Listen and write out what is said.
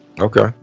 Okay